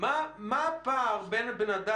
פנו זה משהו שאנחנו צריכים --- אני רוצה לחבר שלושה מספרים,